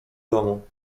domu